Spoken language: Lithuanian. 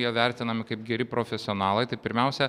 jie vertinami kaip geri profesionalai tai pirmiausia